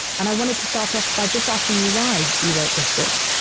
and i wanted to start off by just asking you why you wrote this book